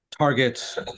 targets